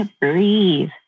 breathe